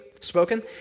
spoken